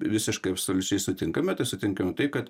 visiškai absoliučiai sutinkame tai sutinkame tai kad